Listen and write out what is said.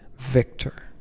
Victor